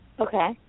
Okay